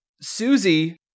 Susie